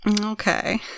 Okay